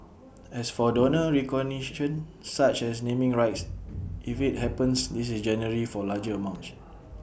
as for donor recognition such as naming rights if IT happens this is generally for larger amounts